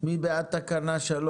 מי בעד תקנה 3?